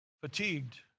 fatigued